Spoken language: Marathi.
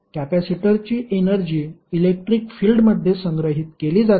कॅपेसिटरची एनर्जी इलेक्ट्रिक फिल्डमध्ये संग्रहित केली जाते